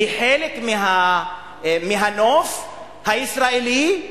היא חלק מהנוף הישראלי,